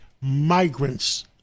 migrants